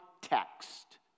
text